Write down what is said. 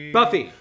Buffy